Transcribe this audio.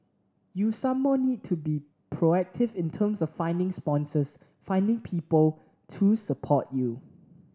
you some more need to be proactive in terms of finding sponsors finding people to support you